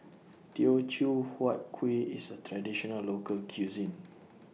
Teochew Huat Kuih IS A Traditional Local Cuisine